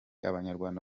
abanyarwanda